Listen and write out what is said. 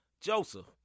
Joseph